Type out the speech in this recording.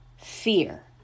Fear